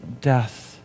death